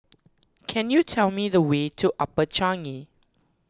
can you tell me the way to Upper Changi